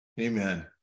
Amen